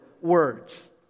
words